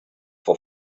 for